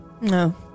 No